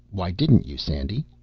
why didn't you, sandy?